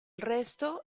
resto